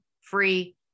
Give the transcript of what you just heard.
Free